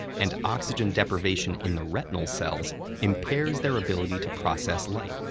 and oxygen deprivation in the retinal cells impairs their ability to process light,